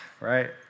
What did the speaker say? right